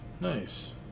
Nice